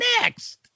Next